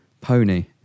pony